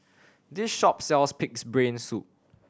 this shop sells Pig's Brain Soup